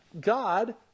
God